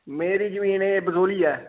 मेरी जमीन एह् बसोह्ली ऐ